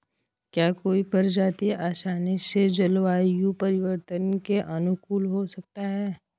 क्या कोई प्रजाति आसानी से जलवायु परिवर्तन के अनुकूल हो सकती है?